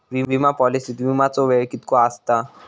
विमा पॉलिसीत विमाचो वेळ कीतको आसता?